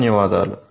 ధన్యవాదాలు